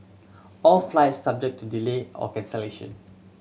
all flights subject to delay or cancellation